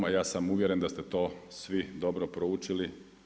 Ja sam uvjeren da ste to svi dobro proučili.